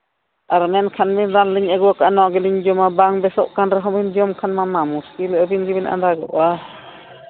ᱟᱨᱠᱷᱟᱱ ᱢᱮᱱᱠᱷᱟᱱ ᱤᱱᱟᱹ ᱫᱟᱢ ᱞᱤᱧ ᱟᱹᱜᱩ ᱠᱟᱜᱼᱟ ᱱᱚᱣᱟ ᱜᱮᱞᱤᱧ ᱡᱚᱢᱟ ᱵᱟᱝ ᱵᱮᱥᱚᱜ ᱠᱟᱱ ᱨᱮᱦᱚᱸ ᱡᱚᱢ ᱠᱷᱟᱱ ᱢᱟ ᱢᱩᱥᱠᱤᱞᱚᱜᱼᱟ ᱟᱹᱵᱤᱱ ᱜᱮᱵᱤᱱ ᱟᱸᱫᱟᱜᱚᱜᱼᱟ